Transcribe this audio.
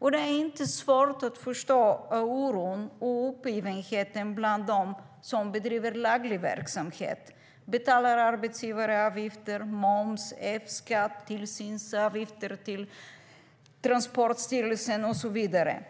Det är inte svårt att förstå oron och uppgivenheten bland dem som bedriver laglig verksamhet, betalar arbetsgivaravgifter, moms, Fskatt, tillsynsavgifter till Transportstyrelsen och så vidare.